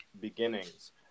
beginnings